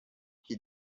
que